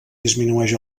disminueix